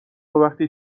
وقتی